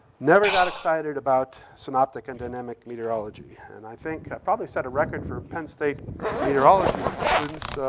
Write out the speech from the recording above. never got excited about synoptic and dynamic meteorology. and i think i probably set a record for penn state meteorology students.